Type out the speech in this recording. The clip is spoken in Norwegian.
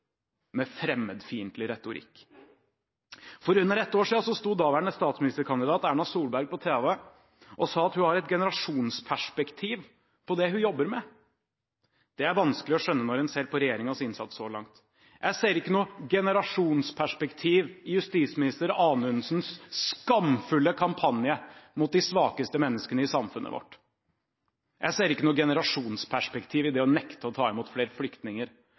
med fremmedfiendtlig retorikk. For mindre enn ett år siden sto daværende statsministerkandidat Erna Solberg fram på tv og sa at hun hadde et generasjonsperspektiv på det hun jobber med. Det er vanskelig å skjønne når en ser på regjeringens innsats så langt. Jeg ser ikke noe generasjonsperspektiv i justisminister Anundsens skamfulle kampanje mot de svakeste menneskene i samfunnet vårt. Jeg ser ikke noe generasjonsperspektiv i det å nekte å ta imot flere flyktninger.